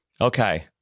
Okay